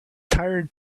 tired